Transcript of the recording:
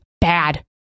bad